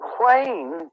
plain